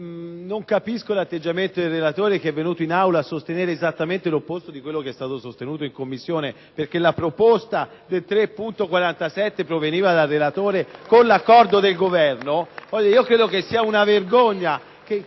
non capisco l'atteggiamento del relatore, che è venuto in Aula a sostenere esattamente l'opposto di quello che è stato sostenuto in Commissione, perché la proposta dell'emendamento 3.47 proveniva dal relatore con l'accordo del Governo *(Applausi dal Gruppo PD).*